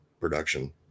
production